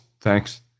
thanks